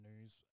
news